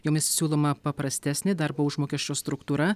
jomis siūloma paprastesnė darbo užmokesčio struktūra